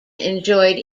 enjoyed